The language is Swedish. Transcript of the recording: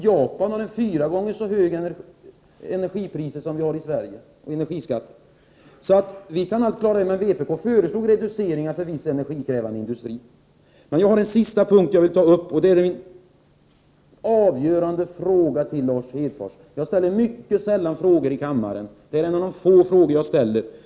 Japan har fyra gånger så höga energiskatter och energipriser som vi har i Sverige. Jag kan tillägga att vpk också föreslog reduceringar för viss energikrävande industri. Det finns ytterligare en punkt som jag vill ta upp, och där har jag en avgörande fråga till Lars Hedfors. Jag ställer mycket sällan frågor i kammaren. Det här är en av de få frågor jag ställer.